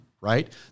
right